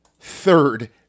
third